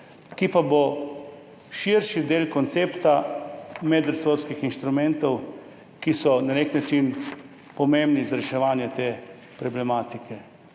ki pa bo širši del koncepta medresorskih inštrumentov, ki so na nek način pomembni za reševanje te problematike.